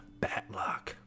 batlock